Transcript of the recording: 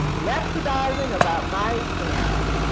rhapsodizing about my experience.